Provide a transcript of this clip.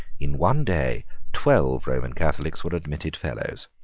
in one day twelve roman catholics were admitted fellows.